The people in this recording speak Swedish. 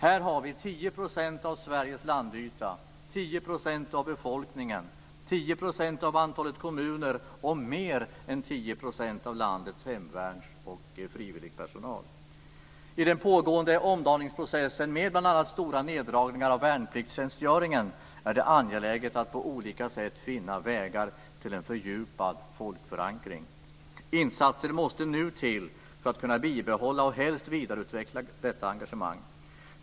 Här har vi 10 % stora neddragningar av värnpliktstjänstgöringen är det angeläget att på olika sätt finna vägar till en fördjupad folkförankring. Insatser måste till för att bibehålla och helst vidareutveckla detta engagemang.